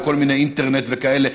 או כל מיני עסקאות אינטרנט וכאלה.